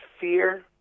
fear